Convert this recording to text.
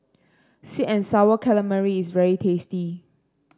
sweet and sour calamari is very tasty